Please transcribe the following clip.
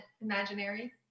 Imaginary